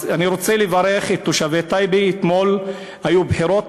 אני רוצה לברך את תושבי טייבה, אתמול היו בחירות